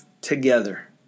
together